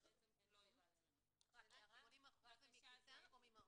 אז --- 80% מכיתה או ממעון?